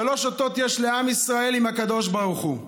שלוש אותות יש לעם ישראל עם הקדוש ברוך הוא: